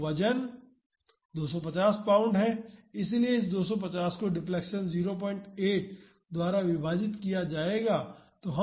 तो वजन 250 पाउंड है इसलिए इस 250 को डिफ्लेक्शन 08 द्वारा विभाजित किया जाएगा